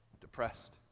depressed